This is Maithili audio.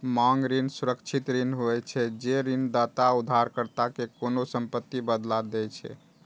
मांग ऋण सुरक्षित ऋण होइ छै, जे ऋणदाता उधारकर्ता कें कोनों संपत्तिक बदला दै छै